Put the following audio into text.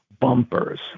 bumpers